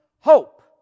hope